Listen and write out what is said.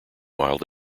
wild